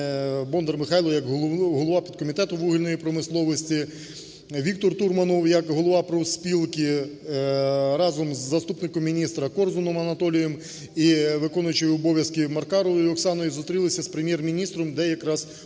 Бондар Михайло, як голова підкомітету вугільної промисловості, Віктор Турманов як голова профспілки разом з заступником міністра Корзуном Анатолієм і виконуючим обов'язки Маркаровою Оксаною зустрілися з Прем'єр-міністром, де є якраз